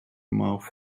mouth